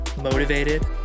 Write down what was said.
motivated